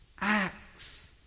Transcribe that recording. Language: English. acts